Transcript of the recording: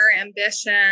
ambition